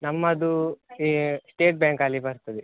ನಮ್ಮದು ಈ ಸ್ಟೇಟ್ ಬ್ಯಾಂಕಲ್ಲಿ ಬರ್ತದೆ